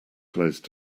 closed